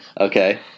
Okay